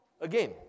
Again